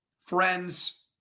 friends